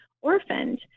orphaned